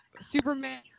Superman